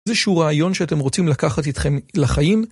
איזה שהוא רעיון שאתם רוצים לקחת אתכם לחיים?